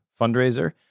fundraiser